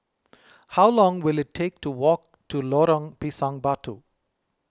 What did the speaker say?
how long will it take to walk to Lorong Pisang Batu